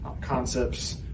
concepts